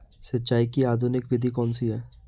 सिंचाई की आधुनिक विधि कौनसी हैं?